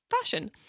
fashion